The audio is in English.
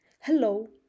Hello